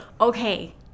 Okay